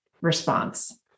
response